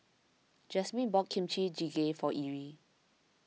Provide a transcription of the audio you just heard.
Jasmyn bought Kimchi Jjigae for Irl